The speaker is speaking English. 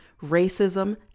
racism